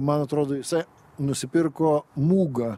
man atrodo jisai nusipirko muga